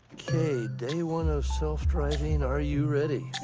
okay, day one of self-driving. are you ready?